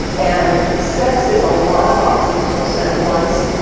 and sex is a lot of oxytocin at once,